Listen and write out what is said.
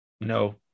no